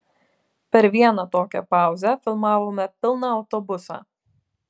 per vieną tokią pauzę filmavome pilną autobusą